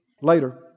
later